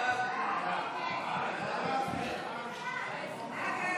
כהצעת הוועדה, נתקבל.